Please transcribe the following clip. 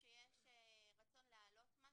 כשיש רצון להעלות משהו.